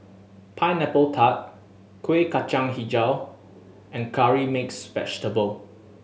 Pineapple Tart Kueh Kacang Hijau and Curry Mixed Vegetable